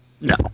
No